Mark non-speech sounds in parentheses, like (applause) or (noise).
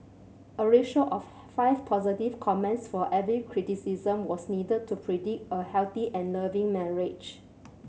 a ratio of (noise) five positive comments for every criticism was needed to predict a healthy and loving marriage